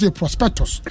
prospectus